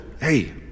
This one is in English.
hey